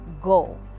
go